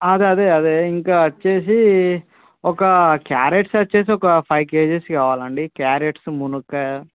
అదే అదే అదే ఇంకా వచ్చి ఒక క్యారెట్స్ వచ్చి ఒక ఫైవ్ కేజీస్ కావాలండి క్యారెట్స్ మునక్కాయ